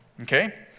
Okay